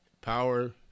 power